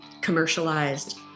commercialized